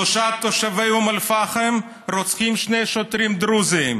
שלושה תושבי אום אל-פחם רוצחים שני שוטרים דרוזים.